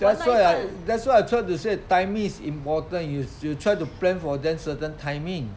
that's why that's why I try to say timing is important you you try to plan for them certain timing